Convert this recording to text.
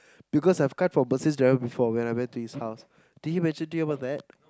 because I have cut for Mercedes driver when I went to his house did he mention to you about that